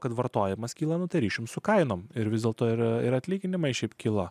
kad vartojimas kyla nu tai ryšium su kainom ir vis dėlto ir atlyginimai šiaip kilo